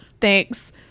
thanks